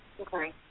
Okay